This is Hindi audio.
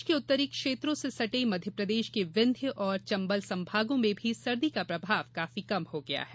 देश के उत्तरी क्षेत्रों से सटे मध्यप्रदेश के विंध्य और चम्बल संभागों में भी सर्दी का प्रभाव काफी कम हो गया है